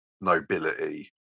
nobility